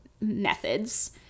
methods